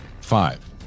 Five